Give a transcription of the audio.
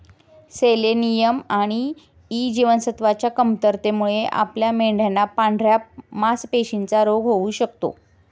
selenium आणि E जीवनसत्वच्या कमतरतेमुळे आपल्या मेंढयांना पांढऱ्या मासपेशींचा रोग होऊ शकतो